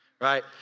right